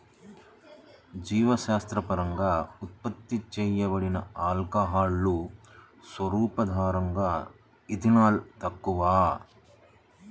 జీవశాస్త్రపరంగా ఉత్పత్తి చేయబడిన ఆల్కహాల్లు, సర్వసాధారణంగాఇథనాల్, తక్కువ